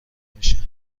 میشه